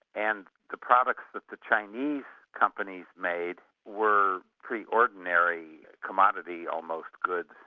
and the products that the chinese companies made were pretty ordinary commodity almost goods,